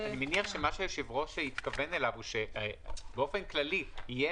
שהיושב-ראש התכוון אליו זה שבאופן כללי יהיה